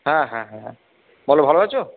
হ্যাঁ হ্যাঁ হ্যাঁ বলো ভালো আছো